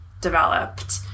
developed